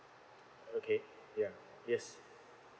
okay yeah yes